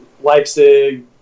Leipzig